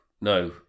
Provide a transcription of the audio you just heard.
no